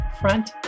Front